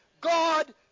God